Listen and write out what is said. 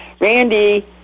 Randy